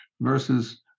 versus